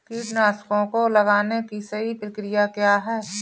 कीटनाशकों को लगाने की सही प्रक्रिया क्या है?